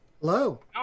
Hello